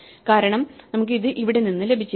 കാരണം നമുക്ക് ഇത് ഇവിടെ നിന്ന് ലഭിച്ചിരിക്കണം